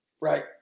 Right